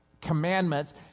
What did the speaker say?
commandments